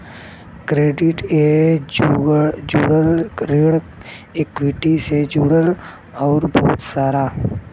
credit ए जुड़ल, ऋण इक्वीटी से जुड़ल अउर बहुते सारा